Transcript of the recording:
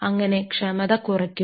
അങ്ങനെ ക്ഷമത കുറക്കും